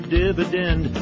dividend